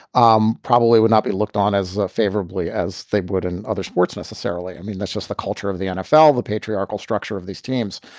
um probably would not be looked on as favorably as they would in other sports necessarily. i mean, that's just the culture of the nfl, the patriarchal structure of these teams.